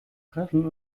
treffen